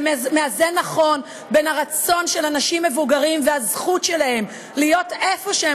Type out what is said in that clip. זה מאזן נכון בין הרצון של אנשים מבוגרים והזכות שלהם להיות איפה שהם